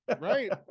right